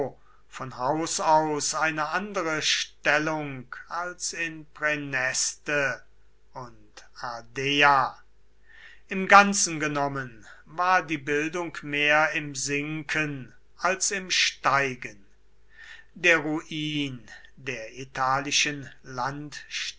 von haus aus eine andere stellung als in praeneste und ardea im ganzen genommen war die bildung mehr im sinken als im steigen der ruin der italischen